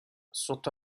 sotto